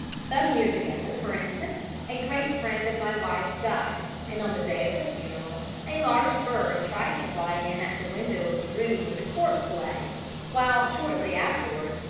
some years ago, for instance, a great friend of my wife's died, and on the day of the funeral a large bird tried to fly in at the window of the room where the corpse lay while, shortly afterwards,